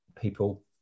people